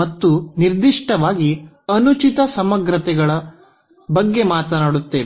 ಮತ್ತು ನಿರ್ದಿಷ್ಟವಾಗಿ ಅನುಚಿತ ಸಮಗ್ರತೆಗಳ ಬಗ್ಗೆ ಮಾತನಾಡುತ್ತೇವೆ